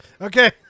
Okay